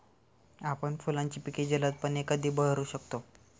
आपण फुलांची पिके जलदपणे कधी बहरू शकतो?